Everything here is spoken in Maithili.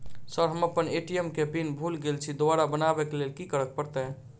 सर हम अप्पन ए.टी.एम केँ पिन भूल गेल छी दोबारा बनाबै लेल की करऽ परतै?